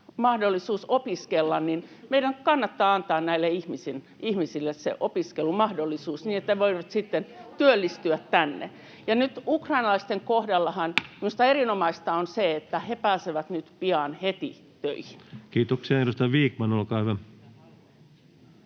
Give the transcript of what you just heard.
mahdollisuus opiskella, meidän kannattaa antaa näille ihmisille se opiskelumahdollisuus, niin että he voivat sitten työllistyä tänne. Ja nyt ukrainalaisten kohdallahan minusta erinomaista on se, että he pääsevät pian heti töihin. Kiitoksia. — Edustaja Vikman, olkaa hyvä.